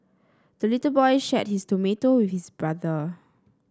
the little boy shared his tomato with his brother